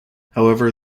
however